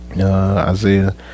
Isaiah